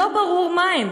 לא ברור מה הם.